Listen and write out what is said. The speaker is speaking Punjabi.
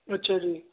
ਅੱਛਾ ਜੀ